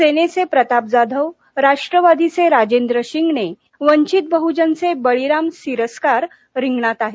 सेनेचे प्रताप जाधव राष्ट्रवादीचे राजेंद्र शिंगणे वंचित बहजनचे बळीराम सिरस्कार रिंगणार आहेत